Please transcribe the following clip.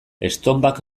estonbak